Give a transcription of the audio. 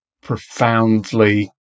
profoundly